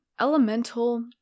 elemental